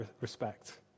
respect